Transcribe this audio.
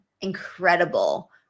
incredible